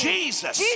Jesus